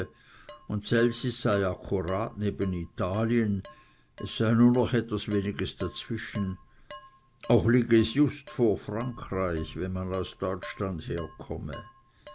elsis sei akkurat neben italien es sei nur noch etwas weniges dazwischen auch liege es just vor frankreich wenn man aus deutschland herkomme